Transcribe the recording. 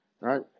right